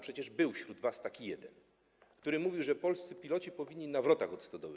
Przecież wśród was był taki jeden, który mówił, że polscy piloci powinni latać na wrotach od stodoły.